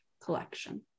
Collection